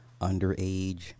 underage